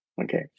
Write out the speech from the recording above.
okay